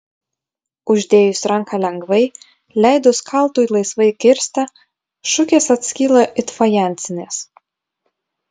uždėjus ranką lengvai leidus kaltui laisvai kirsti šukės atskyla it fajansinės